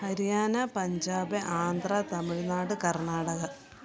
Haryana Punjab Andhra Tamil Nadu Karnataka